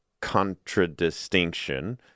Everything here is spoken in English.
contradistinction